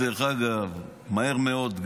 מהר מאוד,